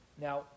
Now